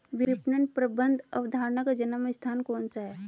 विपणन प्रबंध अवधारणा का जन्म स्थान कौन सा है?